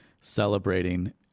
celebrating